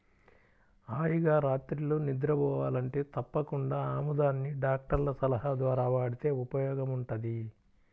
హాయిగా రాత్రిళ్ళు నిద్రబోవాలంటే తప్పకుండా ఆముదాన్ని డాక్టర్ల సలహా ద్వారా వాడితే ఉపయోగముంటది